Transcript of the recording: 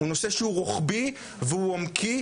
הוא נושא שהוא רוחבי והוא עומקי,